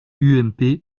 ump